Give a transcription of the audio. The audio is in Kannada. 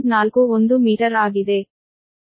ಈ ಎಲ್ಲಾ ದೂರಗಳನ್ನು ಲೆಕ್ಕಹಾಕಲಾಗುತ್ತದೆ